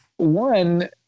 One